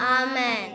Amen